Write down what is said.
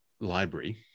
library